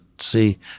See